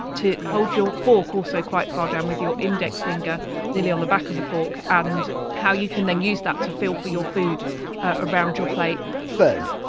to hold your fork also quite far down with your index finger nearly on the back of the fork and how you can then use that to feel for your food around your plate fern,